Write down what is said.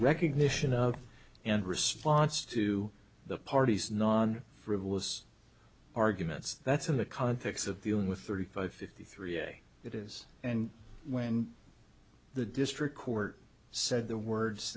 recognition of and response to the party's non frivolous arguments that's in the context of the own with thirty five fifty three day it is and when the district court said the words